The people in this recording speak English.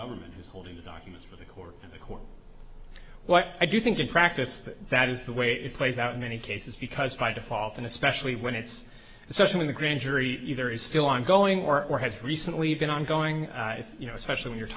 government who's holding the documents for the court and the court what i do think in practice that that is the way it plays out in many cases because by default and especially when it's especially the grand jury either is still ongoing work or has recently been ongoing you know especially when you're